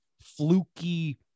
fluky